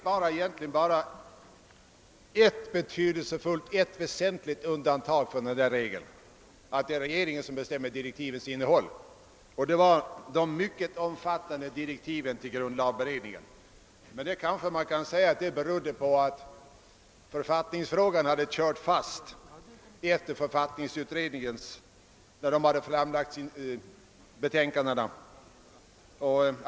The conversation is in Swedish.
Jag känner bara till ett enda väsentligt undantag från denna regel, nämligen de mycket omfattande direktiven till grundlagberedningen. Anledningen till detta undantag kan sägas vara att författningsfrågan hade kört fast sedan författningsutredningen framlagt sina betänkanden.